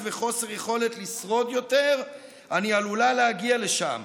וחוסר יכולת לשרוד יותר אני עלולה להגיע לשם,